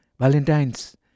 Valentine's